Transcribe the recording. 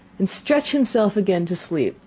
and stretch himself again to sleep,